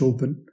Open